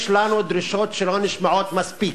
יש לנו דרישות שלא נשמעות מספיק.